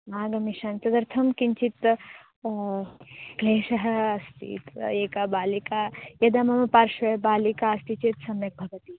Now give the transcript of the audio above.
आगमिष्यामि तदर्थं किञ्चित् क्लेशः अस्ति तद् एका बालिका यदा मम पार्श्वे बालिका अस्ति चेत् सम्यक् भवति